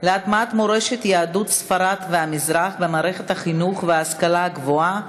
להטמעת מורשת יהדות ספרד והמזרח במערכת החינוך וההשכלה הגבוהה,